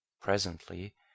Presently